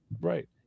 Right